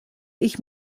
ich